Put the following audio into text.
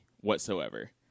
whatsoever